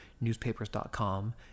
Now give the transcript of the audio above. newspapers.com